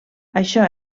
això